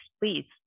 please